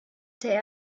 der